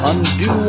Undo